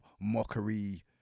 mockery